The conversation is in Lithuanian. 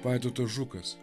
vaidotas žukas